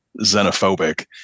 xenophobic